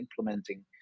implementing